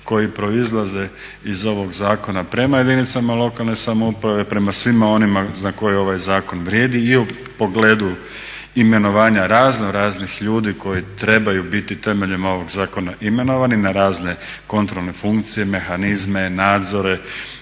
koje proizlaze iz ovog zakona prema jedinicama lokalne samouprave, prema svima onima na koje ovaj zakon vrijedi i u pogledu imenovanja raznoraznih ljudi koji trebaju biti temeljem ovog zakona imenovani na razne kontrolne funkcije, mehanizme, nadzore,